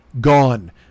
Gone